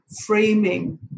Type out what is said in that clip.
framing